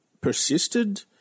persisted